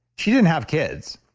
she didn't have kids.